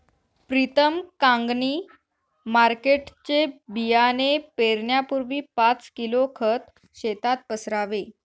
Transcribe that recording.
प्रीतम कांगणी मार्केटचे बियाणे पेरण्यापूर्वी पाच किलो खत शेतात पसरावे